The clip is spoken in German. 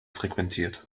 frequentiert